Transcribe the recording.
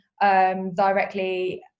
directly